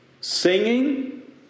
Singing